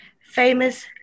Famous